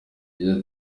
yagize